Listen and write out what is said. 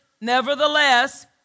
nevertheless